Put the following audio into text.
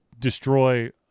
Destroy